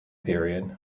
period